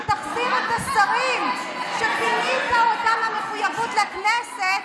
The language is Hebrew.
שתחזיר את השרים שפינית אותם ממחויבות לכנסת,